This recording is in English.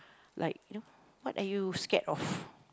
like you know what are you scared of